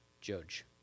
judge